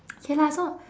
K lah so